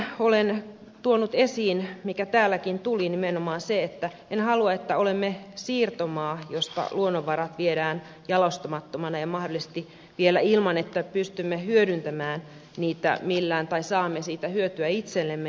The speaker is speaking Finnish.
siinä olen tuonut esiin nimenomaan sen mikä täälläkin tuli esiin että en halua että olemme siirtomaa josta luonnonvarat viedään jalostamattomina ja mahdollisesti vielä ilman että pystymme hyödyntämään niitä millään tavalla tai saamme niistä hyötyä itsellemme